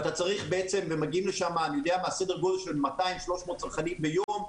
ומגיעים לשם סדר גודל של 300-200 צרכנים ביום,